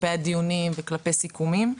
כלפי הדיונים וכלפי סיכומים.